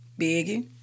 Biggie